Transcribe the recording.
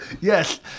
Yes